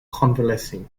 convalescing